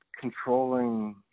controlling